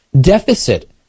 deficit